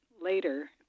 later